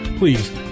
Please